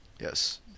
Yes